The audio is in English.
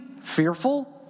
fearful